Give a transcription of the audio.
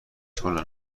کنن